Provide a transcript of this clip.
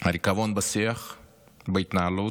הריקבון בשיח, בהתנהלות,